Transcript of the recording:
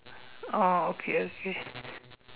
oh okay okay